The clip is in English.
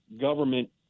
government